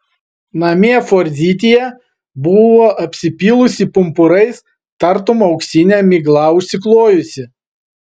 namie forzitija buvo apsipylusi pumpurais tartum auksine migla užsiklojusi